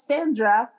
Sandra